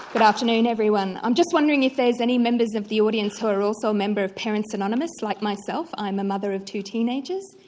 good afternoon everyone. i'm just wondering if there are any members of the audience who are also a member of parents anonymous like myself. i'm the mother of two teenagers.